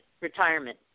retirement